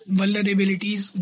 vulnerabilities